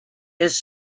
his